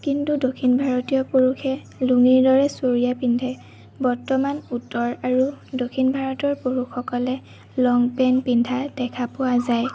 কিন্তু দক্ষিণ ভাৰতীয় পুৰুষে লুঙিৰ দৰে চুৰিয়া পিন্ধে বৰ্তমান উত্তৰ আৰু দক্ষিণ ভাৰতৰ পুৰুষসকলে লং পেণ্ট পিন্ধা দেখা পোৱা যায়